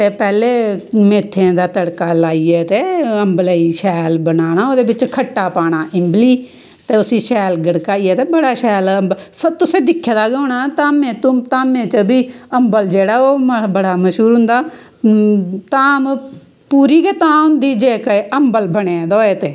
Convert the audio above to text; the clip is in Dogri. ते पैह्लैं मेथरें दा तड़का लाइयै ते अम्बले ई शैल बनाना ओह्दे बिच्च खट्टा पाना इंबली ते उसी शैल गड़काइयै ते बड़ा शैल अम्बल सब तुसें दिक्खे दा गै होना धामें च बी अम्बल जेह्ड़ा ओह् बड़ा मश्हूर होंदा धाम पूरी गै तां होंदी जेकर अम्बल बने दा होऐ ते